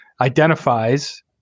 identifies